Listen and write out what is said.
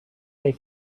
they